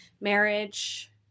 Marriage